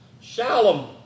Shalom